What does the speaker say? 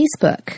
Facebook